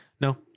No